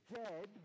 dead